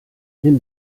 nimm